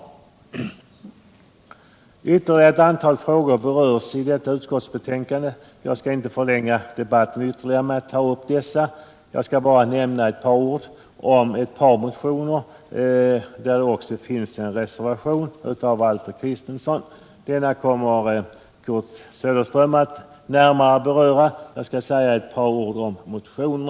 — medelstora Ytterligare ett antal frågor berörs i detta utskottsbetänkande. Jag skall — företagens utveckinte ytterligare förlänga debatten med att ta upp dessa. En reservation = ling, m.m. av Valter Kristenson kommer Kurt Söderström att närmare beröra, och jag skall säga några ord om ett par motioner.